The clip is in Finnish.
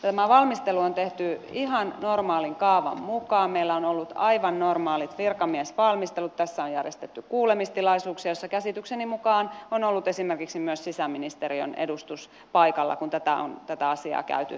tämä valmistelu on tehty ihan normaalin kaavan mukaan meillä on ollut aivan normaalit virkamiesvalmistelut ja tässä on järjestetty kuulemistilaisuuksia joissa käsitykseni mukaan on ollut esimerkiksi myös sisäministeriön edustus paikalla kun tätä asiaa on käyty läpi